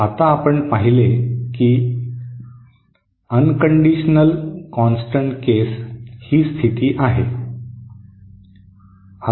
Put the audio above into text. आता आपण पाहिले की बिनशर्त स्थिर प्रकरणाची ही स्थिती आहे